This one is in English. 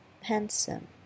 handsome